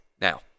now